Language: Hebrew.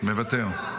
מוותר.